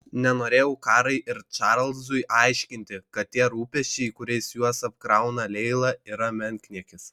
nenorėjau karai ir čarlzui aiškinti kad tie rūpesčiai kuriais juos apkrauna leila yra menkniekis